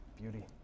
Beauty